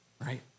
right